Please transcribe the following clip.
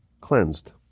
cleansed